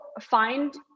find